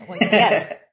Yes